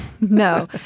No